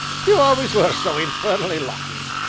you always were so infernally lucky!